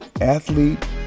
athlete